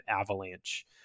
avalanche